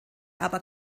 aber